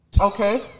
Okay